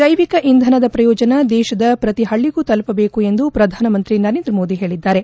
ಜೈವಿಕ ಇಂಧನದ ಪ್ರಯೋಜನ ದೇಶದ ಪ್ರತಿ ಹಳ್ಳಿಗೂ ತಲುಪದೇಕು ಎಂದು ಪ್ರಧಾನಮಂತ್ರಿ ನರೇಂದ್ರ ಮೋದಿ ಹೇಳಿದ್ದಾರೆ